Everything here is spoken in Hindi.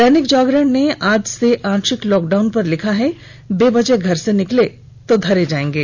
दैनिक जागरण ने आज से आंशिक लॉकडाउन पर लिखा है बेवजह घर से निकले तो धरे जायेंगे